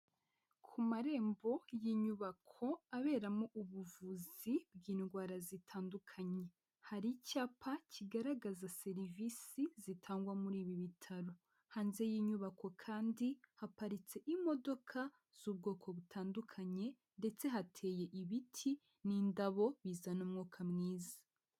Ku marembo y'inyubako aberamo ubuvuzi bw'indwara zitandukanye, hari icyapa kigaragaza serivisi zitangwa muri ibi bitaro, hanze y'iyi nyubako kandi, haparitse imodoka z'ubwoko butandukanye, ndetse hateye ibiti n'indabo bizana umwuka mwiza.